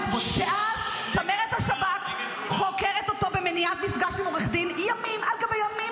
שאז צמרת השב"כ חוקרת אותו במניעת מפגש עם עורך דין ימים על גבי ימים,